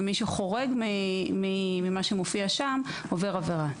ומי שחורג ממה שמופיע שם עובר עבירה.